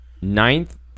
Ninth